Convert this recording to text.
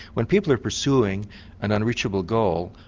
when people are pursuing an unreachable goal,